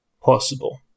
possible